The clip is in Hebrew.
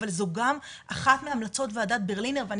אבל זו גם אחת מהמלצות וועדת ברלינר ואני